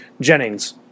Jennings